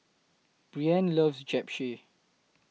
Breanne loves Japchae